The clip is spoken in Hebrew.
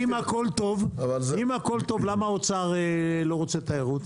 אם הכול טוב למה האוצר לא רוצה תיירות?